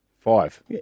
Five